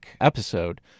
episode